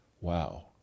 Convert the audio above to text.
Wow